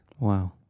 Wow